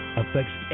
affects